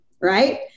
right